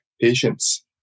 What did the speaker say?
patience